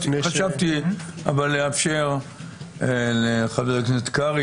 חשבתי לאפשר לחבר הכנסת קרעי,